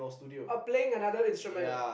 or playing another instrument ah